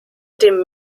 dem